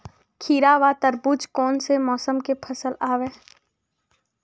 खीरा व तरबुज कोन से मौसम के फसल आवेय?